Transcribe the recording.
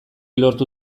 lortu